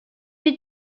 you